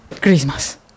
Christmas